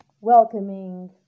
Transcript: welcoming